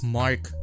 mark